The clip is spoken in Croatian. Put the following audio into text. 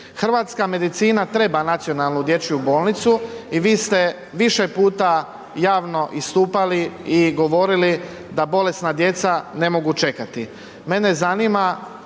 Hrvatska medicina treba nacionalnu dječju bolnicu i vi ste više puta javno istupali i govorili da bolesna djeca ne mogu čekati.